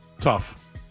Tough